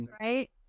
right